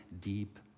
deep